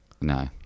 no